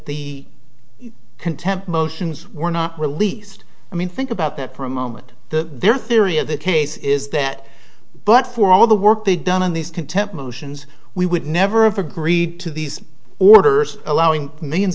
the contempt motions were not released i mean think about that for a moment the their theory of the case is that but for all the work they done in these contempt motions we would never of agreed to these orders allowing millions